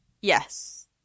Yes